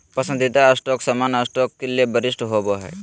पसंदीदा स्टॉक सामान्य स्टॉक ले वरिष्ठ होबो हइ